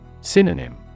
Synonym